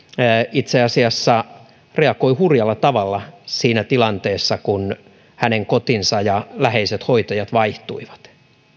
itse asiassa reagoi hurjalla tavalla siinä tilanteessa kun hänen kotinsa ja läheiset hoitajat vaihtuivat